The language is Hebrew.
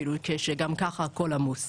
כי גם ככה הכול עמוס.